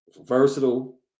Versatile